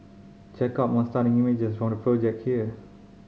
check out more stunning images from the project here